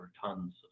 tons